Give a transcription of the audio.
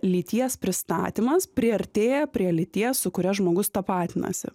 lyties pristatymas priartėja prie lyties su kuria žmogus tapatinasi